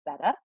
better